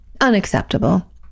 Unacceptable